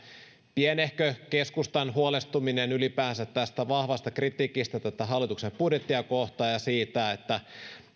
pienehkö keskustan huolestuminen ylipäänsä tästä vahvasta kritiikistä hallituksen budjettia kohtaan ja se